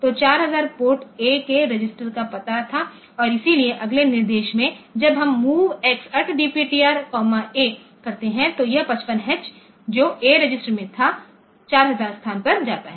तो 4000 port A के register का पता था और इसलिए अगले निर्देश में जब हम MOVX DPTR A करते हैं तो यह 55H जो A रजिस्टर में था 4000 स्थान पर जाता है